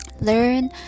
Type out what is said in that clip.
learn